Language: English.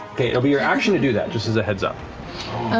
okay, it'll be your action to do that, just as a heads up.